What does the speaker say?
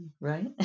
right